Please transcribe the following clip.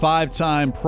Five-time